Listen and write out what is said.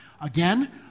Again